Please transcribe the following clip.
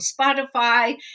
Spotify